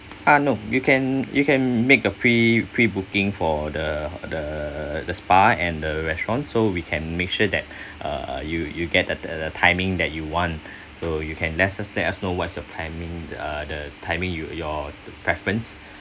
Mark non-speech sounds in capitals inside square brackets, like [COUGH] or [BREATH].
ah no you can you can make the pre pre-booking for the the the spa and the restaurant so we can make sure that [BREATH] uh uh you you get the the timing that you want so you can let us let us know what's your timing uh the timing you your preference